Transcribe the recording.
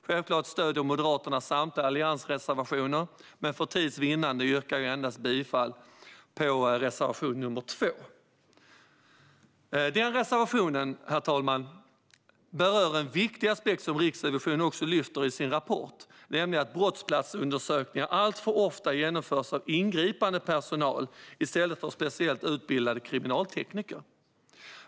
Självfallet stöder Moderaterna samtliga alliansreservationer, men för tids vinnande yrkar jag bifall endast till reservation nr 2. Den reservationen, herr talman, berör en viktig aspekt som Riksrevisionen också lyfter upp i sin rapport, nämligen att brottsplatsundersökningar alltför ofta genomförs av ingripandepersonal i stället för speciellt utbildade kriminaltekniker.